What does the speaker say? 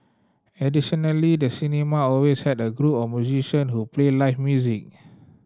additionally the cinema always had a group of musician who played live music